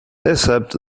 except